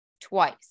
twice